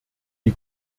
die